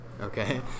okay